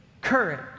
courage